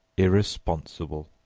irresponsible.